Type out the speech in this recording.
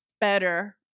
better